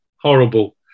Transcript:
Horrible